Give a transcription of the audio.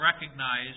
recognize